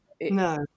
No